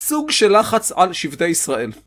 סוג של לחץ על שבטי ישראל.